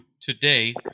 today